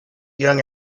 young